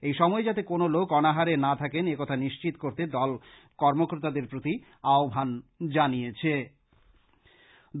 এই সময়ে যাতে কোন লোক অনাহারে না থাকেন একথা নিশ্চিত করতে দল কর্মকর্তাদের প্রতি আহ্বান জানিয়েছে